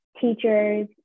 teachers